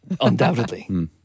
Undoubtedly